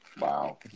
Wow